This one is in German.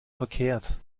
verkehrt